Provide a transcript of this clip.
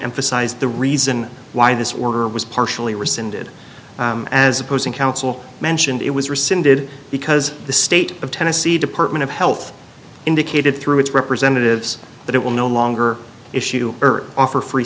emphasize the reason why this order was partially rescinded as opposing counsel mentioned it was rescinded because the state of tennessee department of health indicated through its representatives that it will no longer issue ert offer free